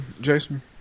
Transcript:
Jason